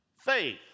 faith